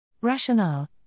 Rationale